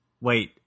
Wait